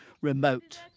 remote